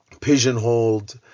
pigeonholed